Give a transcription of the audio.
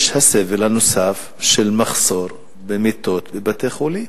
יש הסבל הנוסף של מחסור במיטות בבתי-החולים.